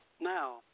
Now